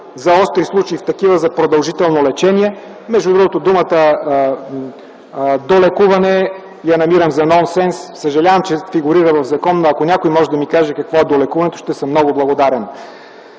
за остри случаи в такива за продължително лечение. Между другото, думата „долекуване” я намирам за нонсенс. Съжалявам, че фигурира в закон. Ако някой може да ми каже какво е долекуването, ще съм много благодарен.